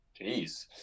Jeez